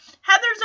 Heather's